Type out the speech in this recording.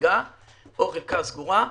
חריגה או חלקה סגורה.